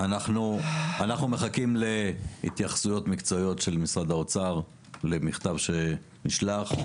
אנחנו מחכים להתייחסויות מקצועיות של משרד האוצר למכתב שנשלח.